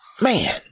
man